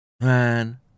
Man